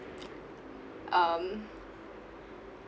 um